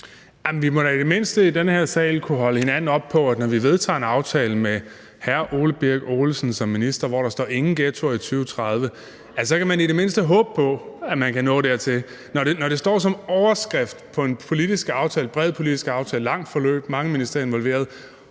Vi må da i det mindste i den her sal kunne holde hinanden op på, at når vi vedtager en aftale med hr. Ole Birk Olesen som minister, hvor der står ingen ghettoer i 2030, kan man i det mindste håbe på, at man kan nå dertil, når det står som overskrift på en bred politisk aftale – et langt forløb, mange ministerier involveret